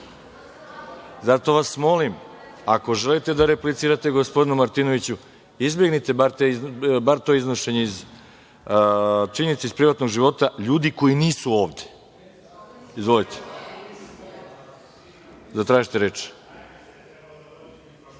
Zato vas molim, ako želite da replicirate gospodinu Martinoviću, izbegnite bar to iznošenje činjenica iz privatnog života ljudi koji nisu ovde. Izvolite. **Boško